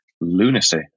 lunacy